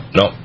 no